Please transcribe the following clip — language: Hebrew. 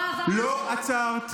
כמה בורות את